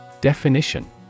Definition